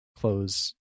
close